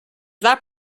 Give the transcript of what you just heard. that